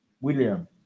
William